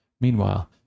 Meanwhile